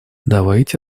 давайте